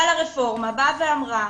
אבל הרפורמה באה ואמרה,